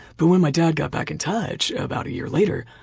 but when my dad got back in touch about a year later,